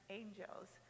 angels